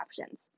options